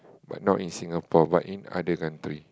but not in Singapore but in other country